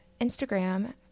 Instagram